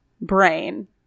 brain